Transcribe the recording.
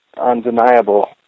undeniable